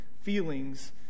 feelings